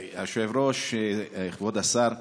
היושב-ראש, כבוד השר,